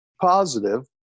positive